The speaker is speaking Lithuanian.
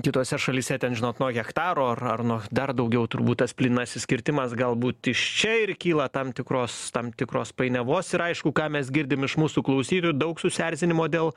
kitose šalyse ten žinot nuo hektaro ar ar nuo dar daugiau turbūt tas plynasis kirtimas galbūt iš čia ir kyla tam tikros tam tikros painiavos ir aišku ką mes girdim iš mūsų klausytojų daug susierzinimo dėl